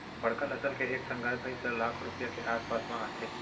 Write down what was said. बड़का नसल के एक ठन गाय भईंस ह लाख रूपया के आस पास म आथे